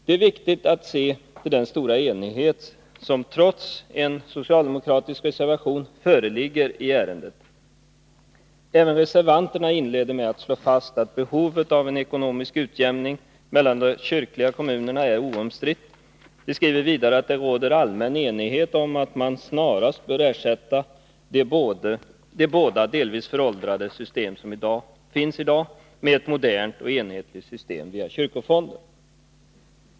Det är viktigt att se till den stora enighet som trots socialdemokraternas reservation föreligger i det här ärendet. Även reservanterna inleder med att slå fast att behovet av ekonomisk utjämning mellan de kyrkliga kommunerna är oomstritt. De skriver vidare att det råder allmän enighet om att man snarast bör ersätta de båda delvis föråldrade system som finns i dag med ett modernt och enhetligt system via kyrkofonden.